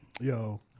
Yo